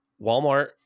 Walmart